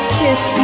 kiss